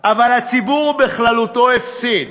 אבל הציבור בכללותו הפסיד.